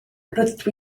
rydw